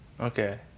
okay